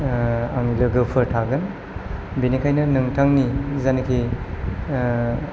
आंनि लोगोफोर थागोन बेनिखायनो नोंथांनि जायनाखि